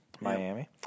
Miami